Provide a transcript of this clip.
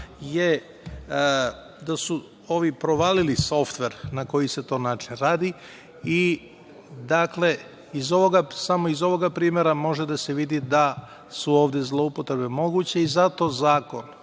da su ovi provalili softver na koji se to način radi i, dakle, samo iz ovoga primera može da se vidi da su ovde zloupotrebe moguće. Zato zakon